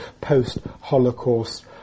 post-Holocaust